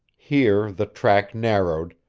here the track narrowed,